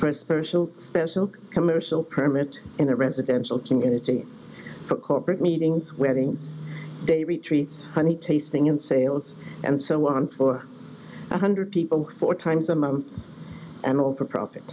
a special special commercial permit in a residential community for corporate meetings weddings day retreats honey tasting and sales and so on for one hundred people four times a month and all for profit